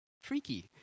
freaky